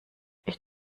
ich